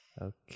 Okay